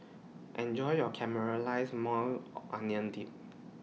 Enjoy your Caramelized Maui Onion Dip